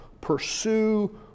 Pursue